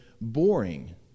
boring